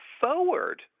forward